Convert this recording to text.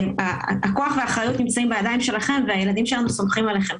הכוח והאחריות נמצאים בידיים שלכם והילדים שלנו סומכים עליכם,